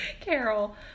carol